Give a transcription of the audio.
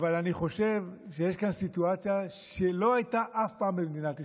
אבל אני חושב שיש כאן סיטואציה שלא הייתה אף פעם במדינת ישראל.